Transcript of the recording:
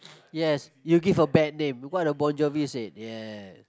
yes you give a bad name what the Bon-Jovi said yes